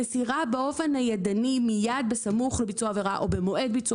המסירה באופן הידני מיד בסמוך לביצוע העבירה או במועד ביצוע